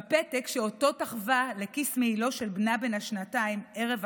בפתק שאותו תחבה לכיס מעילו של בנה בן השנתיים ערב הקרב,